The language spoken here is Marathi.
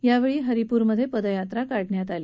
यावेळी हरिपूर मध्ये पदयात्रा काढण्यात आली